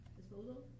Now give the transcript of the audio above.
disposal